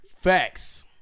Facts